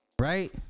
right